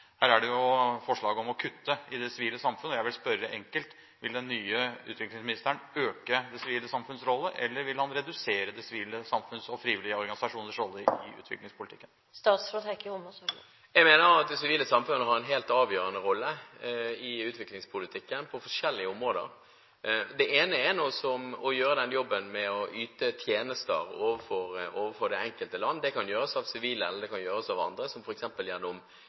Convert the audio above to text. Her er det jo forslag om å kutte i det sivile samfunn, og jeg vil spørre enkelt: Vil den nye utviklingsministeren øke det sivile samfunns rolle, eller vil han redusere det sivile samfunns og frivillige organisasjoners rolle i utviklingspolitikken? Jeg mener at det sivile samfunn har en helt avgjørende rolle i utviklingspolitikken på forskjellige områder. Det ene er å gjøre den jobben med å yte tjenester overfor det enkelte land. Det kan gjøres av sivile, eller det kan gjøres av andre, som f.eks. gjennom